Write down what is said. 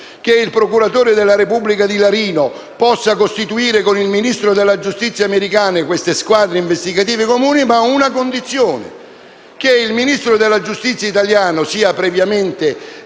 anche il procuratore della Repubblica di Larino possa, in ipotesi, costituire con il Ministro della giustizia americano queste squadre investigative comuni), a condizione però che il Ministro della giustizia italiano sia previamente